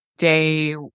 day